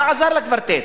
מה עזר לקוורטט?